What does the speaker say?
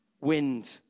wind